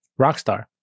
Rockstar